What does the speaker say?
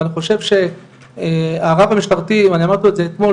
ואני חושב שהרב המשטרתי ואני אמרתי לו את זה אתמול,